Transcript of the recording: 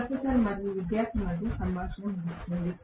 professor మరియు విద్యార్థి మధ్య సంభాషణ ముగుస్తుంది